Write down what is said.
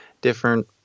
different